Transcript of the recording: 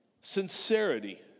Sincerity